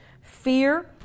fear